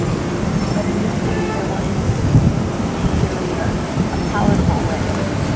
but in this case, there wasn't really a ah palatable way of.